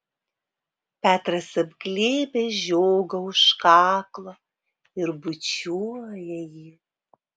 petras apglėbia žiogą už kaklo ir bučiuoja jį